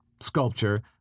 sculpture